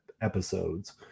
episodes